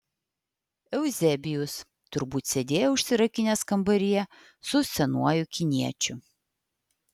euzebijus turbūt sėdėjo užsirakinęs kambaryje su senuoju kiniečiu